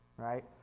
right